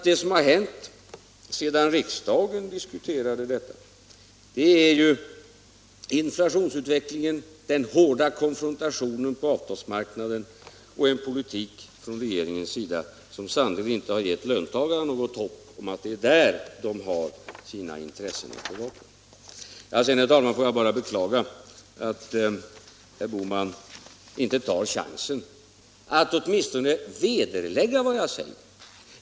Det som hänt sedan riksdagen diskuterade detta är ju inflationsutvecklingen, den hårda konfrontationen på avtalsmarknaden och en politik från regeringens sida som sannerligen inte gett löntagarna något hopp om att det är hos regeringen de har att bevaka sina intressen. Sedan, herr talman, får jag bara beklaga att herr Bohman inte tar chansen att åtminstone vederlägga vad jag säger.